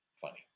funny